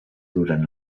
durant